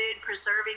preserving